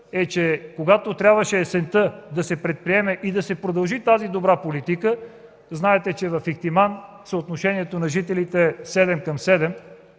че когато трябваше есента да се предприеме и да се продължи тази добра политика, знаете, че в Ихтиман съотношението на жителите е 7000